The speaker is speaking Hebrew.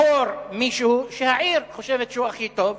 לבחור מישהו שהעיר חושבת שהוא הכי טוב,